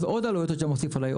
ואז אתה עוד עלויות אתה מוסיף עליי,